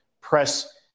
press